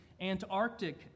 Antarctic